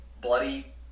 bloody